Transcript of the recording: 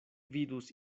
vidus